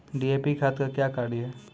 DAP खाद का क्या कार्य हैं?